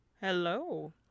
Hello